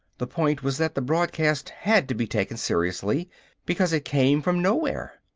the point was that the broadcast had to be taken seriously because it came from nowhere.